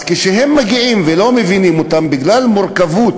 וכשהם מגיעים ולא מבינים אותם, בגלל המורכבות